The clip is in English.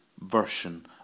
version